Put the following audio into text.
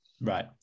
Right